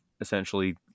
essentially